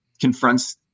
confronts